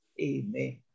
Amen